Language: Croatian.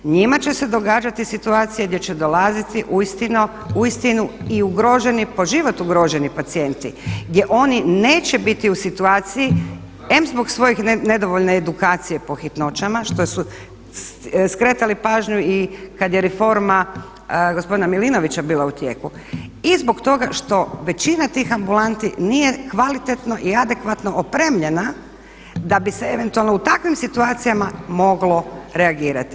Njima će se događati situacija gdje će dolaziti uistinu i ugroženi, po život ugroženi pacijenti gdje oni neće biti u situaciji em zbog svojih, nedovoljne edukacije po hitnoćama što su skretali pažnju i kad je reforma gospodina Milinovića bila u tijeku i zbog toga što većina tih ambulantni nije kvalitetno i adekvatno opremljena da bi se eventualno u takvim situacijama moglo reagirati.